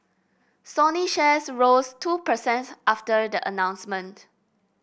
Sony shares rose two per cent after the announcement